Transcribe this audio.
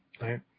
right